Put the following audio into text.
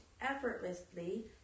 effortlessly